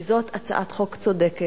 כי זאת הצעת חוק צודקת,